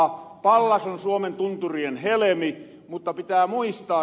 pallas on suomen tunturien helemi mutta pitää muistaa